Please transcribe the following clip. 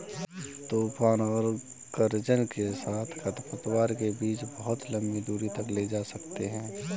तूफान और गरज के साथ खरपतवार के बीज बहुत लंबी दूरी तक ले जा सकते हैं